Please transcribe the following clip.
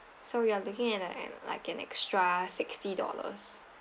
so we are looking at uh an like an extra sixty dollars